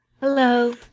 Hello